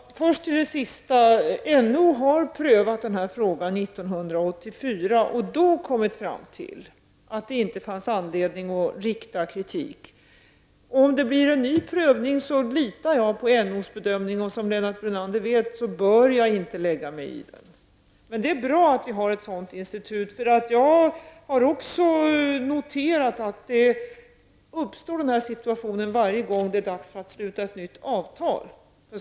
Fru talman! Först till det sista. NO har prövat denna fråga 1984 och då kommit fram till att det inte fanns anledning till kritik. Om det blir en ny prövning, litar jag på NOs bedömning, och som Lennart Brunander vet, bör jag inte lägga mig i den. Det är bra att vi har ett sådant institut. Jag har också noterat att denna situation uppstår varje gång det är dags att sluta ett nytt avtal.